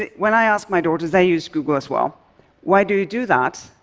ah when i ask my daughters they use google as well why do you do that?